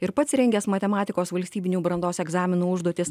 ir pats įrengęs matematikos valstybinių brandos egzaminų užduotis